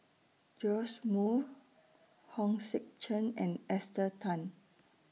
Joash Moo Hong Sek Chern and Esther Tan